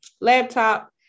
laptop